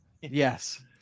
Yes